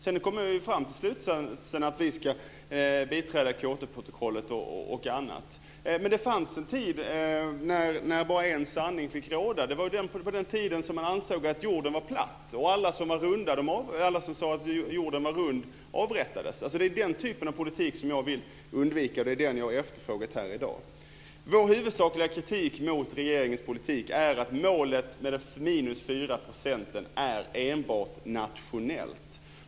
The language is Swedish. Sedan kommer jag fram till slutsatsen att vi ska biträda Kyotoprotokollet m.m. Det fanns en tid när bara en sanning fick råda. Det var på den tiden när man ansåg att jorden var platt, och alla som sade att jorden var rund avrättades. Det är den typen av politik som jag vill undvika och som jag har talat om här i dag. Vår huvudsakliga kritik mot regeringens politik är att målet 4 % är enbart nationellt.